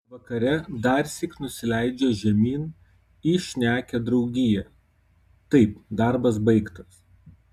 vakare darsyk nusileidžia žemyn į šnekią draugiją taip darbas baigtas